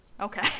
Okay